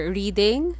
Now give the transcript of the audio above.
reading